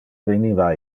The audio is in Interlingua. veniva